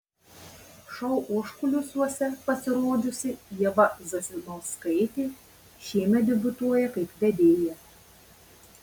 šou užkulisiuose pasirodžiusi ieva zasimauskaitė šiemet debiutuoja kaip vedėja